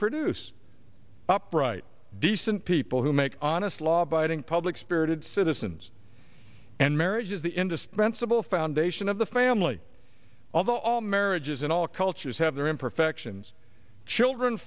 produce upright decent people who make honest law abiding public spirited citizens and marriage is the industry sensible foundation of the family although all marriages in all cultures have their imperfections children